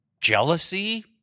jealousy